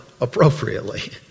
appropriately